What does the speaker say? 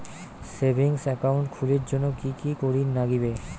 Savings account খুলির জন্যে কি কি করির নাগিবে?